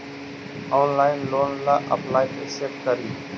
Online loan ला apply कैसे करी?